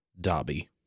Dobby